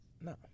No